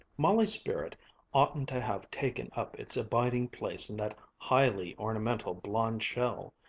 molly's spirit oughtn't to have taken up its abiding place in that highly ornamental blond shell,